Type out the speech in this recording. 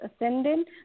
ascendant